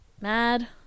mad